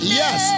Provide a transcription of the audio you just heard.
yes